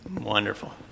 Wonderful